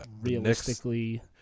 realistically